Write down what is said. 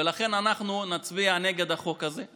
ולכן אנחנו נצביע נגד החוק הזה.